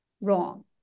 wrong